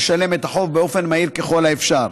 לשלם את החוב באופן מהיר ככל האפשר,